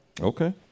Okay